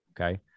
okay